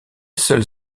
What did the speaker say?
seule